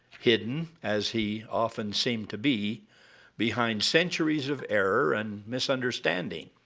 hidden as he often seemed to be behind centuries of error and misunderstanding.